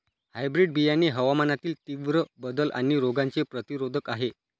hybrid बियाणे हवामानातील तीव्र बदल आणि रोगांचे प्रतिरोधक आहे